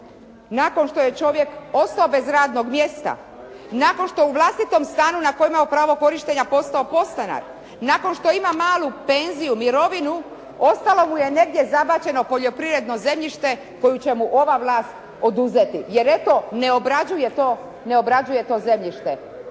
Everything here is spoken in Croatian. nakon što je čovjek ostao bez radnog mjesta, nakon što je u vlastitom stanu na koji je imao pravo korištenja postao podstanar, nakon što ima malu penziju, mirovinu ostalo mu je negdje zabačeno poljoprivredno zemljište koju će mu ova vlast oduzeti jer eto ne obrađuje to zemljište.